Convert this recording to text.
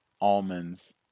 almonds